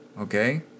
okay